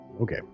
okay